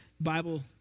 Bible